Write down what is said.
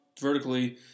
vertically